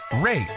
rate